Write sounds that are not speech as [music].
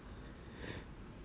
[breath]